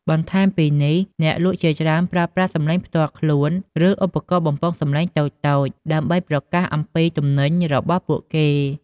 បន្ថែមពីនេះ អ្នកលក់ជាច្រើនប្រើប្រាស់សំឡេងផ្ទាល់ខ្លួន ឬឧបករណ៍បំពងសំឡេងតូចៗ ដើម្បីប្រកាសអំពីទំនិញរបស់ពួកគេ។